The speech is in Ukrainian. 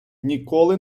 ніколи